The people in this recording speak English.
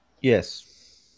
Yes